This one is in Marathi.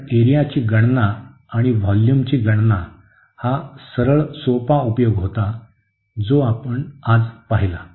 पण एरियाची गणना आणि व्हॉल्यूमची गणना हा सरळ सोपा उपयोग होता जो आज आपण पहिला